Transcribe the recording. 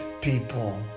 people